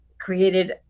created